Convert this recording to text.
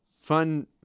Fun